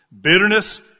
Bitterness